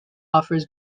offers